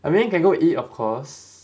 I mean can go eat of course